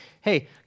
hey